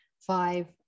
five